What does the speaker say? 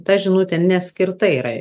ta žinutė skirta yra